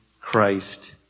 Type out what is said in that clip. Christ